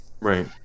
right